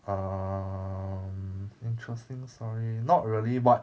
um interesting story not really but